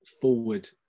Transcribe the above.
forward